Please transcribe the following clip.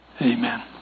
Amen